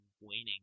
waning